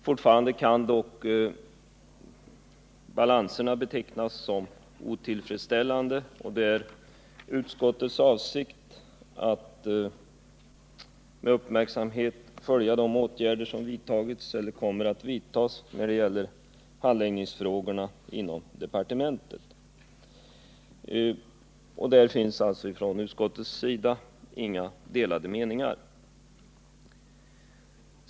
Fortfarande kan dock balanserna betecknas som otillfredsställande, och det är utskottets avsikt att med uppmärksamhet följa de åtgärder som vidtagits eller kommeratt vidtas när det gäller handläggningsfrågorna inom departementet. Det finns alltså inga delade meningar i utskottet.